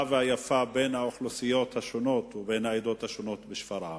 והיפה בין האוכלוסיות השונות ובין העדות השונות בשפרעם.